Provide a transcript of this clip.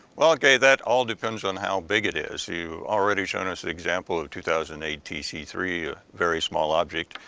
well gay, that all depends on how big it is, you already shown us an example of two thousand and eight t c three, a very small object,